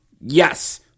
yes